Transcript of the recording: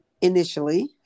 initially